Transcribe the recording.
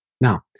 Now